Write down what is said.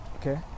Okay